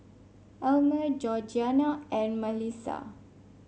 Elmer Georgiana and Malissa